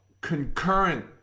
concurrent